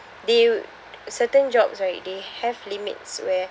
they w~ certain jobs right they have limits where